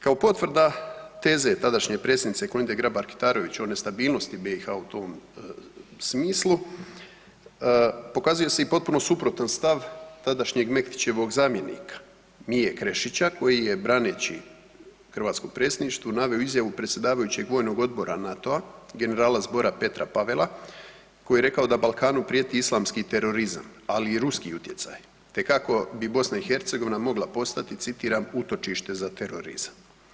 Kao potvrda teze tadašnje predsjednice Kolinda Grabar Kitarović o nestabilnosti BiH u tom smislu, pokazuje se i potpuno suprotan stav tadašnjeg Mektićevog zamjenika, Mije Krešića koji je braneći hrvatsko predstavništvo, naveo izjavu predsjedavajućeg Vojnog odbora NATO-a, generala Zbora Petra Pavela, koji je rekao da Balkanu prijeti islamski terorizam, ali i ruski utjecaj te kako bi BiH mogla postati, citiram, utočište za terorizam.